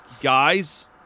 guys